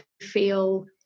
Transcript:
feel